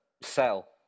sell